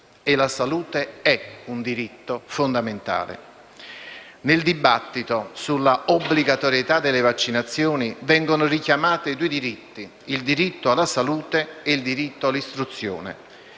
E la salute è un diritto fondamentale. Nel dibattito sull'obbligatorietà delle vaccinazioni vengono richiamati due diritti, quello alla salute e quello all'istruzione,